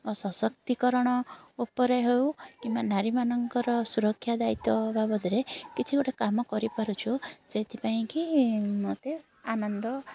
ସଶକ୍ତିକରଣ ଉପରେ ହେଉ କିମ୍ବା ନାରୀମାନଙ୍କର ସୁରକ୍ଷା ଦାୟିତ୍ୱ ବାବଦରେ କିଛି ଗୋଟେ କାମ କରିପାରୁଛୁ ସେଇଥିପାଇଁ କି ମୋତେ ଆନନ୍ଦ